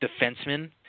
defenseman